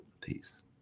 Peace